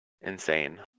Insane